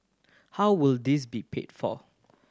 how will this be paid for